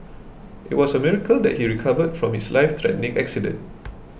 it was a miracle that he recovered from his lifethreatening accident